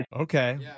Okay